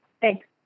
thanks